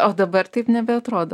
o dabar taip nebeatrodo